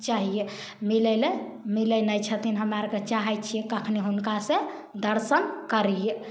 चाहिए मिलय लए मिलै नहि छथिन हमरा आरके चाहै छियै कखनी हुनका से दर्शन करिए